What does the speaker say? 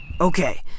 Okay